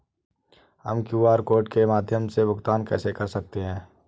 हम QR code के माध्यम से भुगतान कैसे कर सकते हैं?